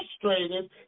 frustrated